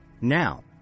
Now